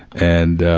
and ah,